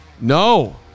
No